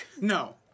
No